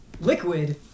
liquid